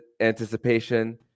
anticipation